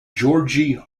georgi